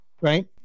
Right